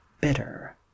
bitter